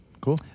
Cool